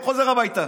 לא חוזר הביתה.